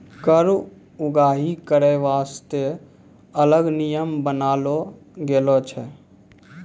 कर उगाही करै बासतें अलग नियम बनालो गेलौ छै